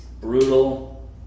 brutal